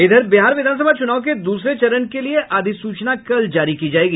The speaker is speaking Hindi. इधर बिहार विधानसभा चुनाव के दूसरे चरण के लिए अधिसूचना कल जारी होगी